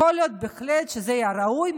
יכול להיות בהחלט שזה היה ראוי,